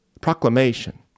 proclamation